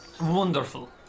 wonderful